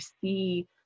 see